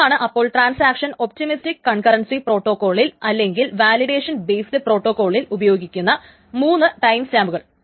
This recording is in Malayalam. ഇതാണ് അപ്പോൾ ട്രാൻസാക്ഷൻ ഒപ്റ്റിമിസ്റ്റിക് കൺകറൻസി പ്രോട്ടാകോളിൽ അല്ലെങ്കിൽ വാലിഡേഷൻ ബെയ്സ്ഡ് പ്രോട്ടോകോളിൽ ഉപയോഗിക്കുന്ന 3 ടൈം സ്റ്റാമ്പുകൾ